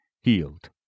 healed